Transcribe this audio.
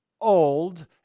old